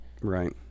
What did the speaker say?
right